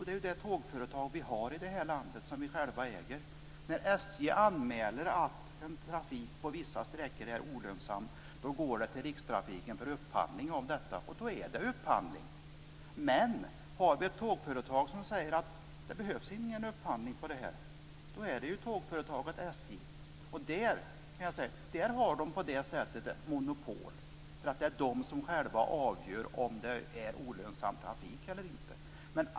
Det är det tågföretag här i landet som vi själva äger. När SJ anmäler att trafik på vissa sträckor är olönsam går den till Rikstrafik för upphandling. Då är det upphandling. Men tågföretaget kan säga att det inte behövs någon upphandling. På det sättet har SJ monopol, därför att SJ avgör om trafiken är olönsam eller inte.